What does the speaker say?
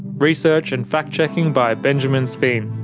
research and fact checking by benjamin sveen.